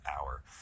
hour